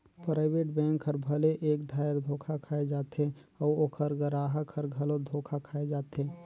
private bank हर भले एक धाएर धोखा खाए जाथे अउ ओकर गराहक हर घलो धोखा खाए जाथे